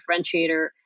differentiator